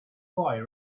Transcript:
boy